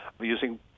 using